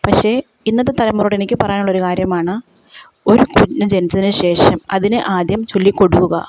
പക്ഷേ ഇന്നത്തെ തലമുറയോട് എനിക്ക് പറയാനുള്ളൊരു കാര്യമാണ് ഒരു കുഞ്ഞ് ജനിച്ചതിന് ശേഷം അതിന് ആദ്യം ചൊല്ലി കൊടുക്കുക